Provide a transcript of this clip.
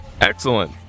Excellent